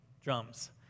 drums